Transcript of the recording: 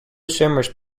swimmers